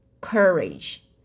courage